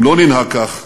אם לא ננהג כך,